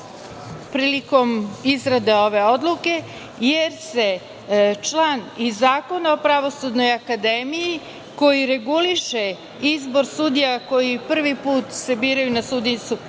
prilikom izrade ove odluke, jer se član i Zakona o Pravosudnoj akademiji, koji reguliše izbor sudija koji se prvi put biraju na sudijsku